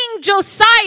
Josiah